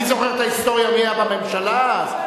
אני זוכר את ההיסטוריה מי היה בממשלה אז?